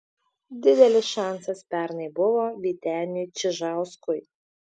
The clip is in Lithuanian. didelis šansas pernai buvo vyteniui čižauskui